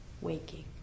waking